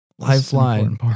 lifeline